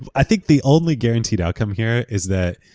ah i think the only guaranteed outcome here is that